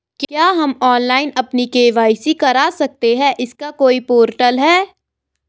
क्या हम ऑनलाइन अपनी के.वाई.सी करा सकते हैं इसका कोई पोर्टल है?